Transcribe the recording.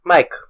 Mike